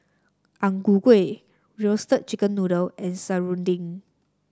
Ang Ku Kueh Roasted Chicken Noodle and Serunding